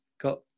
got